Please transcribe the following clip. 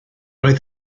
oedd